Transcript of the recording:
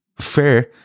fair